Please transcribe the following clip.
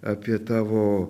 apie tavo